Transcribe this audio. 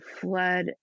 flood